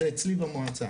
זה אצלי במועצה.